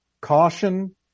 caution